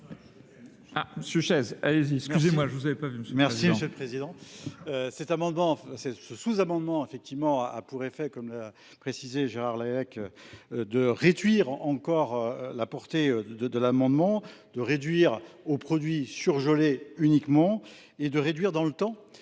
M. Chaz, allez-y, excusez-moi, je ne vous avais pas vu, M. le Président. vu, M. le Président. Merci, M. le Président. Ce sous-amendement, effectivement, a pour effet, comme l'a précisé Gérard Laleck, de réduire encore la portée de l'amendement, de réduire aux produits surgelés uniquement et de réduire dans le temps